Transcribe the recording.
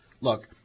Look